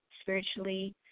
spiritually